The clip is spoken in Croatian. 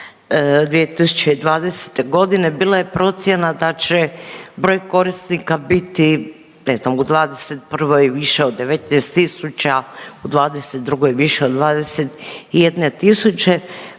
2020. godine bila je procjena da će broj korisnika biti ne znam u 2021. više od 19000, u 2022. više od 21000.